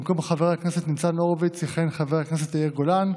במקום חבר הכנסת ניצן הורוביץ' יכהן חבר הכנסת יאיר גולן,